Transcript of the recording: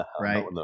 right